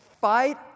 fight